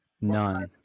none